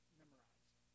memorized